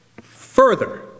Further